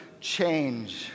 change